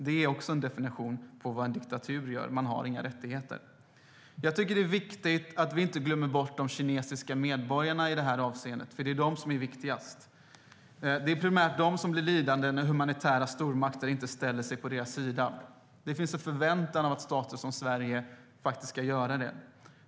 Det är också en definition av vad en diktatur är: Man har inga rättigheter. Jag tycker att det är viktigt att vi inte glömmer bort de kinesiska medborgarna i det här avseendet, för det är de som är viktigast. Det är primärt de som blir lidande när humanitära stormakter inte ställer sig på deras sida. Det finns en förväntan på att stater som Sverige ska göra det.